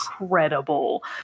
incredible